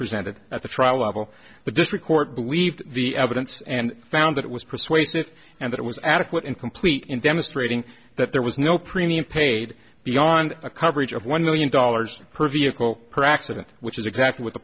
presented at the trial level the district court believed the evidence and found that it was persuasive and that it was adequate incomplete in them a straight in that there was no premium paid beyond a coverage of one million dollars per vehicle her accident which is exactly what the